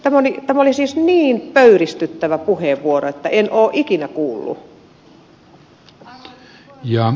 tämä oli niin pöyristyttävä puheenvuoro että en ole ikinä kuullut